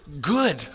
good